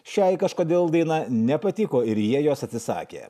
šiai kažkodėl daina nepatiko ir jie jos atsisakė